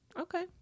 Okay